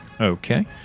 Okay